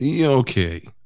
okay